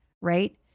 right